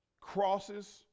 crosses